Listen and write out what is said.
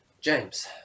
James